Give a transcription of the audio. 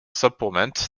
supplement